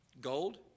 Gold